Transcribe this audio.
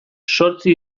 zortzi